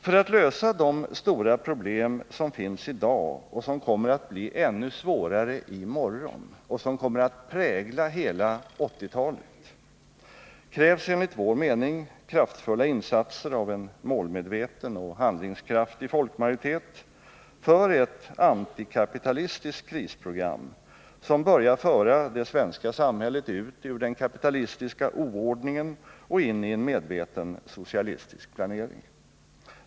Föratt kunna lösa de stora problem, som finns i dag och som kommer att bli ännu svårare i morgon och som kommer att prägla hela 1980-talet, krävs det enligt vår mening kraftfulla insatser av en målmedveten och handlingskraftig folkmajoritet för ett antikapitalistiskt krisprogram, som börjar föra det svenska samhället ut ur den kapitalistiska oordningen och in i en medveten socialistisk planering.